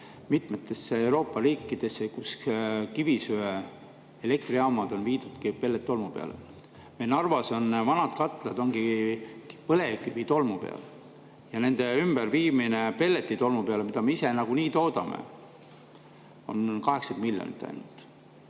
mitmetesse Euroopa riikidesse, kus kivisöeelektrijaamad on viidudki pelletitolmu peale. Meil Narvas vanad katlad ongi põlevkivitolmu peal ja nende ümberviimine pelletitolmu peale, mida me ise nagunii toodame, [maksab] 80 miljonit ainult.